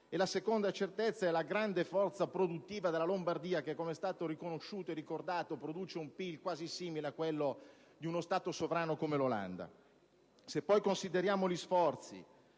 E la seconda certezza è la grande forza produttiva della Lombardia che, come è stato riconosciuto e ricordato, produce un PIL quasi simile a quello di uno Stato sovrano come l'Olanda.